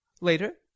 Later